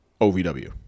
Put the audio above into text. OVW